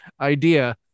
idea